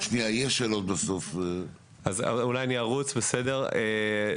יביאו את הגפ"מ